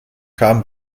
kamen